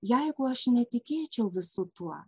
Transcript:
jeigu aš netikėčiau visu tuo